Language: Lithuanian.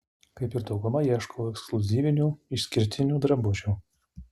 kaip ir dauguma ieškau ekskliuzyvinių išskirtinių drabužių